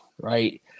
right